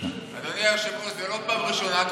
אדוני היושב-ראש, זו לא פעם ראשונה.